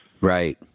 Right